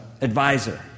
advisor